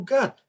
God